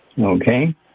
Okay